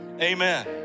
amen